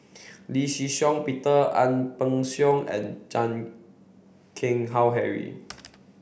Lee Shih Shiong Peter Ang Peng Siong and Chan Keng Howe Harry